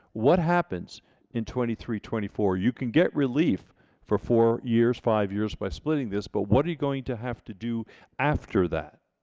what happens in twenty three twenty four? you can get relief for four years, five years by splitting this but what are you going to have to do after that?